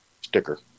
sticker